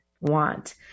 Want